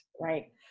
Right